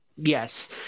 Yes